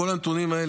כל הנתונים האלה,